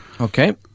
Okay